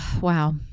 wow